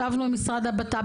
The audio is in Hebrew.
ישבנו עם משרד הבט"פ.